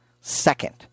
second